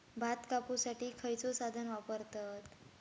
भात कापुसाठी खैयचो साधन वापरतत?